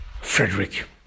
Frederick